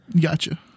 Gotcha